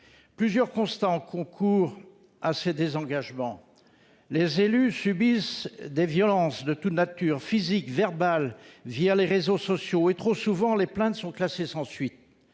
Plusieurs facteurs concourent à ces désengagements. Les élus subissent des violences de toute nature : physiques, verbales, les réseaux sociaux ... Et, trop souvent, les plaintes sont classées sans suite.